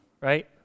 right